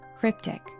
Cryptic